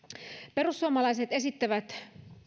perussuomalaiset esittävät